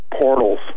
portals